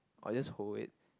I'll just hold it